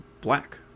black